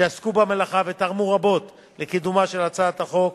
שעסקו במלאכה ותרמו רבות לקידומה של הצעת החוק.